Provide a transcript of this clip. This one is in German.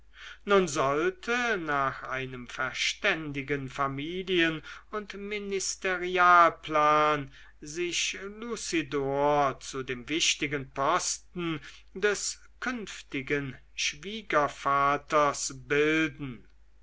nun sollte nach einem verständigen familien und ministerialplan sich lucidor zu dem wichtigen posten des künftigen schwiegervaters bilden